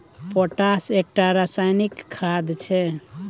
potash एकटा रासायनिक खाद छै